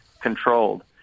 controlled